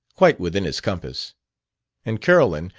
quite within his compass and carolyn,